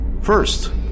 first